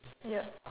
yup